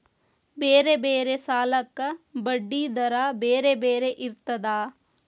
ಬೇರೆ ಬೇರೆ ಸಾಲಕ್ಕ ಬಡ್ಡಿ ದರಾ ಬೇರೆ ಬೇರೆ ಇರ್ತದಾ?